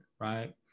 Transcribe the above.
Right